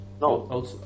No